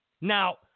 Now